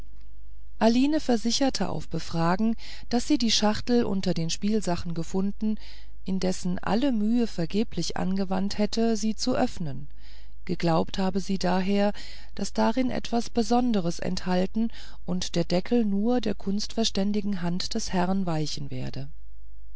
aline versicherte auf befragen daß sie die schachtel unter den spielsachen gefunden indessen alle mühe vergeblich angewandt hätte sie zu öffnen geglaubt habe sie daher daß darin etwas besonderes enthalten und der deckel nur der kunstverständigen hand des herrn weichen werde